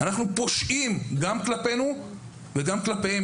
אז אנחנו פושעים גם כלפינו וגם כלפיהם.